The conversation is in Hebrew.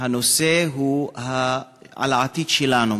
הנושא הוא העתיד שלנו,